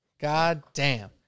Goddamn